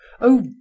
Oh